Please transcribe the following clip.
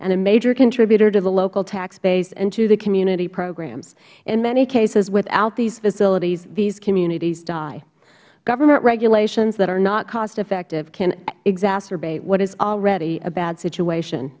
and a major contributor to the local tax base and to the community programs in many cases without these facilities these communities die government regulations that are not costeffective can exacerbate what is already a bad situation